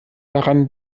daran